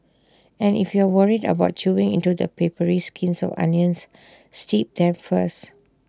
and if you are worried about chewing into the papery skins of onions steep them first